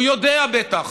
הוא יודע בטח.